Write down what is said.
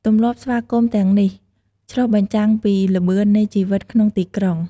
ទម្លាប់ស្វាគមន៍ទាំងនេះ ឆ្លុះបញ្ចាំងពីល្បឿននៃជីវិតក្នុងទីក្រុង។